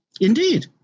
Indeed